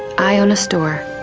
i own a store.